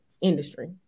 industry